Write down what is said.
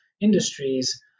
industries